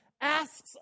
asks